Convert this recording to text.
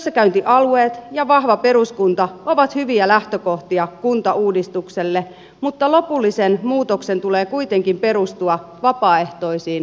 työssäkäyntialueet ja vahva peruskunta ovat hyviä lähtökohtia kuntauudistukselle mutta lopullisen muutoksen tulee kuitenkin perustua vapaaehtoisiin liitoksiin